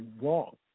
wrong